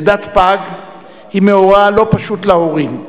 לידת פג היא מאורע לא פשוט להורים.